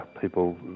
people